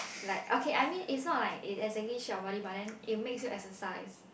like okay I mean is not like it exactly shaped your body but then it makes you exercise